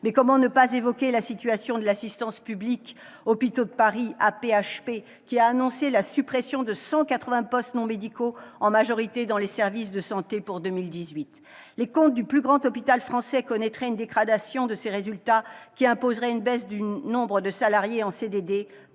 Comment ne pas évoquer la situation de l'Assistance publique-Hôpitaux de Paris, l'AP-HP, qui a annoncé la suppression de 180 postes non médicaux, en majorité dans les services de santé pour 2018 ? Les comptes du plus grand hôpital français connaîtraient une telle dégradation qu'une baisse du nombre de salariés en CDD